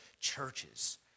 churches